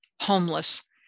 homeless